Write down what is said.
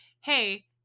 hey